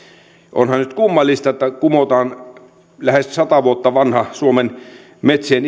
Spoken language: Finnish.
onhan nyt kummallista että kumotaan lähes sata vuotta vanha suomen metsien